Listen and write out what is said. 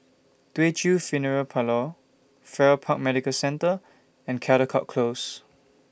Teochew Funeral Parlour Farrer Park Medical Centre and Caldecott Close